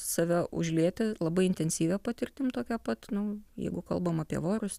save užlieti labai intensyvia patirtim tokia pat nu jeigu kalbam apie vorus